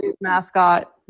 mascot